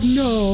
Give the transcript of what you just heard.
no